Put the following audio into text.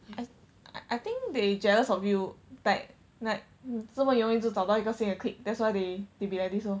I ask I think they jealous of you like like 你这么容易就找到一个新的 clique that's why they they be like this lor